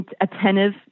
attentive